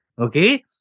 Okay